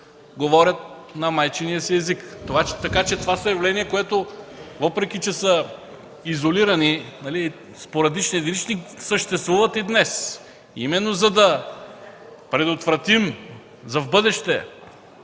говорят на майчиния си език. Така че това са явления, които, въпреки че са изолирани – спорадични, единични, съществуват и днес. Именно, за да предотвратим за в бъдеще